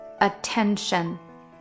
attention